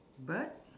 bird